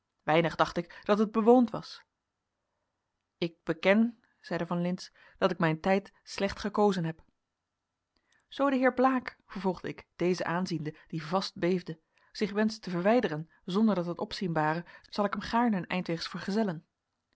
weinig dacht ik dat het bewoond was ik beken zeide van lintz dat ik mijn tijd slecht gekozen heb zoo de heer blaek vervolgde ik dezen aanziende die vast beefde zich wenscht te verwijderen zonder dat het opzien bare zal ik hem gaarne een eindweegs vergezellen